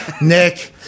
Nick